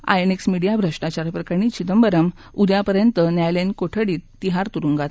INX media भ्रष्टाचार प्रकरणी चिदंबरम उद्यापर्यंत न्यायालयीन कोठडीत तिहार तुरुंगात आहेत